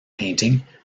painting